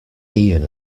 ian